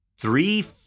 three –